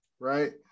right